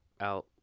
out